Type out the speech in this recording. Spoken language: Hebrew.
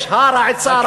יש הר העצה הרעה,